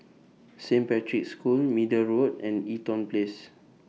Saint Patrick's School Middle Road and Eaton Place